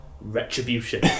Retribution